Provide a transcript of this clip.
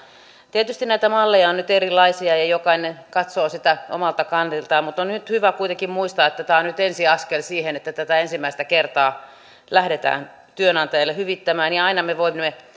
tietysti näitä malleja on nyt erilaisia ja jokainen katsoo omalta kantiltaan mutta on nyt hyvä kuitenkin muistaa että tämä on nyt ensi askel siihen että tätä ensimmäistä kertaa lähdetään työnantajille hyvittämään ja aina me voimme